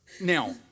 now